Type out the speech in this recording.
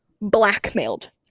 blackmailed